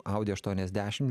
audi aštuoniasdešim